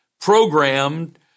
programmed